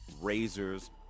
razors